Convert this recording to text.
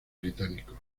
británico